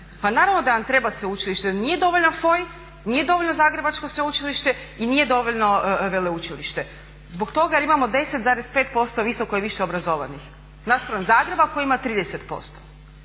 Pa naravno da nam treba sveučilište, nije dovoljan FOI, nije dovoljno Zagrebačko sveučilište i nije dovoljno veleučilište. Zbog toga je imamo 10,5% visoko i više obrazovanih, naspram Zagreba koji ima 30%.